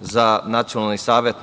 za Nacionalni savet